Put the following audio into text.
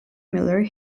miller